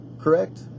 correct